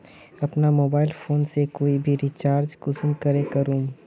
अपना mobile phone से कोई भी रिचार्ज कुंसम करे करूम?